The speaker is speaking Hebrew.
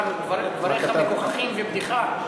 אמר: דבריך מגוחכים ובדיחה.